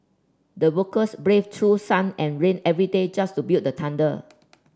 the workers braved through sun and rain every day just to build the tender